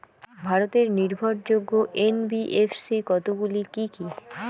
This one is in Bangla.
ভারতের নির্ভরযোগ্য এন.বি.এফ.সি কতগুলি কি কি?